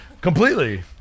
Completely